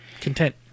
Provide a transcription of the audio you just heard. Content